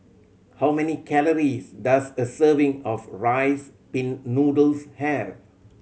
how many calories does a serving of Rice Pin Noodles have